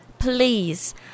Please